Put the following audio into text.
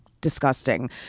disgusting